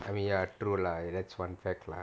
I mean ya true lah that's one fact lah